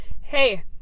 hey